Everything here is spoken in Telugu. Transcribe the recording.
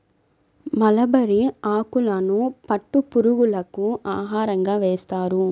మలబరీ ఆకులను పట్టు పురుగులకు ఆహారంగా వేస్తారు